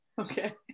okay